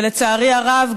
ולצערי הרב,